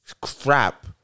crap